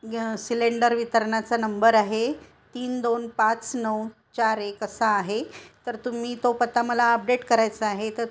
ग सिलेंडर वितरण्याचा नंबर आहे तीन दोन पाच नऊ चार एक असा आहे तर तुम्ही तो पता मला अपडेट करायचा आहे तर